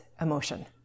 emotion